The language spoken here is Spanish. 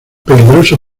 peligroso